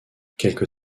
quelque